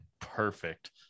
Perfect